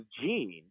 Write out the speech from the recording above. Gene